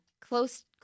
close